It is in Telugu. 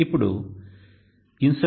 ఇప్పుడు insolation